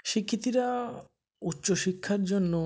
শিক্ষার্থীরা উচ্চ শিক্ষার জন্য